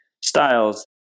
styles